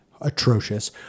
atrocious